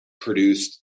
produced